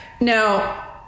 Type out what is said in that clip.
Now